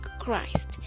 Christ